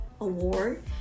award